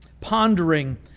pondering